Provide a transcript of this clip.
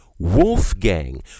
Wolfgang